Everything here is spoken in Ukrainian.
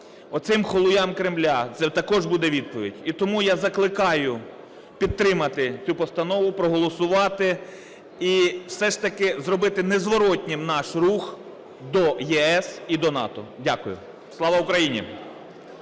Оцим холуям Кремля це також буде відповідь. І тому я закликаю підтримати цю постанову, проголосувати і все ж таки зробити незворотнім наш рух до ЄС і до НАТО. Дякую. Слава Україні!